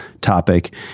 topic